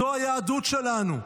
זאת היהדות שלנו,